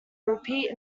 repeat